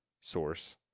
source